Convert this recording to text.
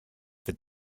for